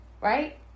Right